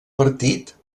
partit